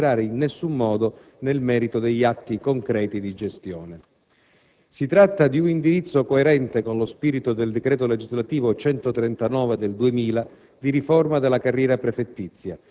ma, lo sottolineo, senza entrare in alcun modo nel merito degli atti concreti di gestione. Si tratta di un indirizzo coerente con lo spirito del decreto legislativo n. 139 del 2000